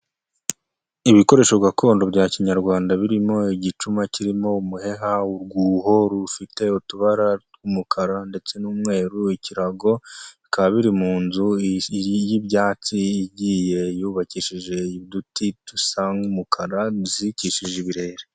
Ibikoresho gakondo bya kinyarwanda birimo igicuma kirimo umuheha urwuho rufite utubara tw'umukara ndetse n'umweru, ikirago bikaba biri mu nzu y'ibyatsi igiye yubakishije uduti dusa nk'umukara tuzirikishije ibirere.